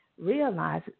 realize